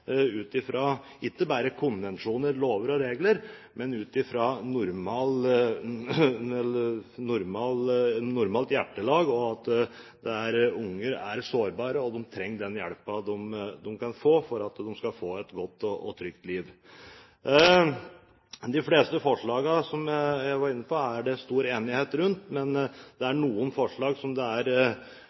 ikke bare ut fra konvensjoner, lover og regler, men ut fra normalt hjertelag. Barn er sårbare, og de trenger den hjelpen de kan få, for at de skal få et godt og trygt liv. Som jeg var inne på, er det stor enighet om de fleste forslagene, men det er noen forslag – som også representanten Håheim var inne på – der det